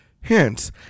Hence